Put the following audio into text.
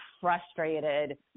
frustrated